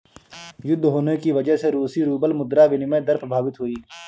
युद्ध होने की वजह से रूसी रूबल मुद्रा विनिमय दर प्रभावित हुई